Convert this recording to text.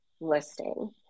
listing